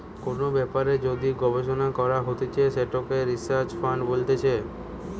কোন ব্যাপারে যদি গবেষণা করা হতিছে সেটাকে রিসার্চ ফান্ড বলতিছে